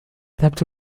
ذهبت